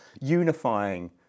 unifying